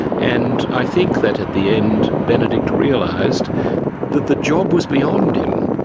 and i think that at the end benedict realised that the job was beyond him.